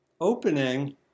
opening